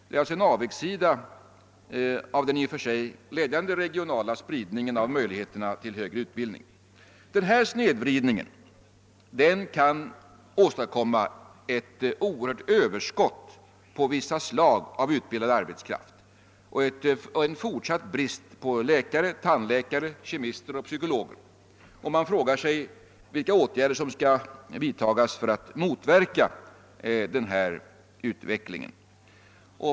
Det är en avigsida av den i och för sig glädjande regionala spridningen av möjligheterna till högre utbildning. Denna snedvridning kan åstadkomma ett oerhört överskott på vissa slag av utbildad arbetskraft och en fortsatt brist på läkare, tandläkare, kemister och psykologer, och man frågar sig vilka åtgärder som bör vidtas för att motverka en sådan utveckling.